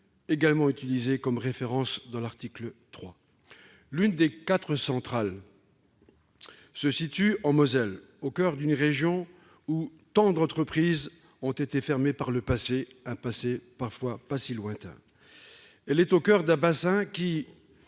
également utilisée comme référence dans l'article 3. L'une des quatre centrales se situe en Moselle, au coeur d'une région où tant d'entreprises ont été fermées, dans un passé parfois pas si lointain, et au coeur d'un bassin qui,